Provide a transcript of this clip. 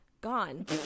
gone